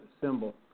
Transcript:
symbol